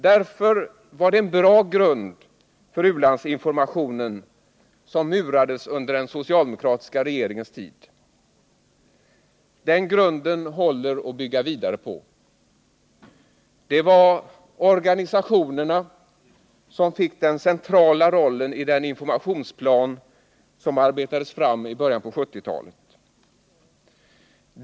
Därför var det en bra grund för ulandsinformationen som murades under den socialdemokratiska regeringens tid. Den grunden håller att bygga vidare på. Det var organisationerna som fick den centrala rollen i den informationsplan som arbetades fram i början av 1970-talet.